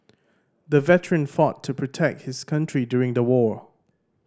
the veteran fought to protect his country during the war